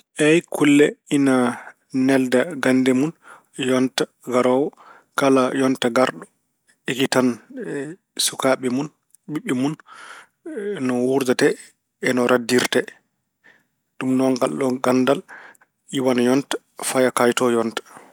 Eey, kulle ina nelda gannde mun yonta garoowo. Kala yonta garɗo, ekkitan sukaaɓe mun, ɓiɓɓe mun no wuurdate e no raddirte. Ɗum noon ngalɗon ganndal iwan e yonta faya kayto yonta.